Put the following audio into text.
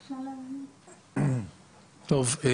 טוב,